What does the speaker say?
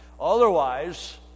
Otherwise